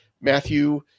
Matthew